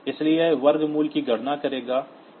इसलिए यह वर्गमूल की गणना करेगा